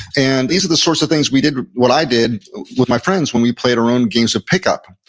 and these are the sorts of things we did, what i did with my friends when we played our own games of pick-up.